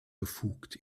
befugt